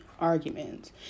arguments